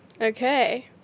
Okay